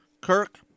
Kirk